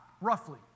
roughly